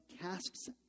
casts